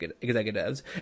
executives